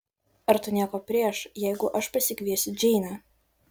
ar tu nieko prieš jeigu aš pasikviesiu džeinę